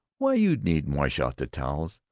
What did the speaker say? why, you needn't wash out the towels.